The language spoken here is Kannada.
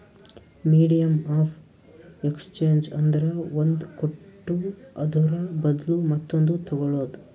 ಮೀಡಿಯಮ್ ಆಫ್ ಎಕ್ಸ್ಚೇಂಜ್ ಅಂದ್ರ ಒಂದ್ ಕೊಟ್ಟು ಅದುರ ಬದ್ಲು ಮತ್ತೊಂದು ತಗೋಳದ್